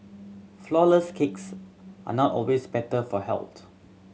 flourless cakes are not always better for health